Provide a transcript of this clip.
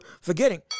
forgetting